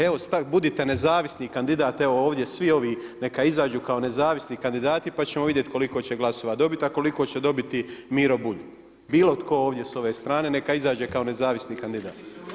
Evo budite nezavisni kandidat, evo ovdje svi ovi neka izađu kao nezavisni kandidati pa ćemo vidjeti koliko će glasova dobiti, a koliko će dobiti Miro Bulj, bilo tko ovdje s ove neka izađe kao nezavisni kandidat.